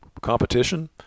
competition